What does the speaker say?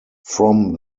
from